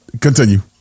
Continue